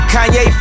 Kanye